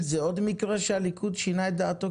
זה עוד מקרה שהליכוד שינה את דעתו?